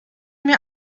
mir